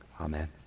Amen